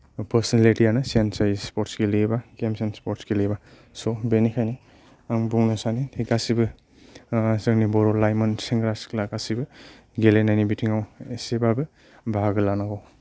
पार्सनेलितियानो change जायो sports गेलेयोबा games and sports गेलेयोबा स बेनिखायनो आं बुंनो सानो दि गासैबो जोंनि बर' लाइमोन सेंग्रा सिख्ला गासैबो गेलेनायनि बिथिंआव एसेबाबो बाहागो लानांगौ